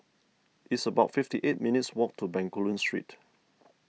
it's about fifty eight minutes' walk to Bencoolen Street